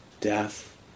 death